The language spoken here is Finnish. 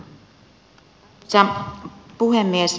arvoisa puhemies